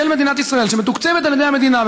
של מדינת ישראל שמתוקצבת על ידי המדינה,